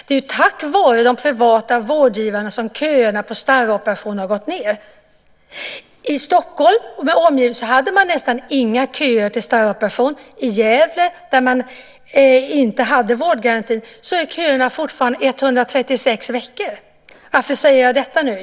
Det är tack vare de privata vårdgivarna som köerna för starroperationer har gått ned. I Stockholm med omgivning hade man nästan inga köer till starroperation. I Gävle, där man inte hade vårdgaranti, är kön fortfarande 136 veckor. Varför säger jag detta?